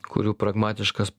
kurių pragmatiškas